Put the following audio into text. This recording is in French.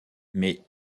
mais